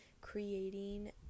creating